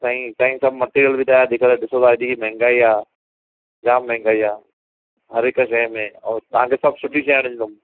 साईं साईं सभु मटिरियल बि तव्हां अॼु कल्ह ॾिसो था हेॾी महांगाई आहे जाम महांगाई आहे हर हिकु शइ में ऐं तव्हां खे सभु सुठी शइ आणे ॾींदुमि